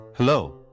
Hello